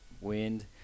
wind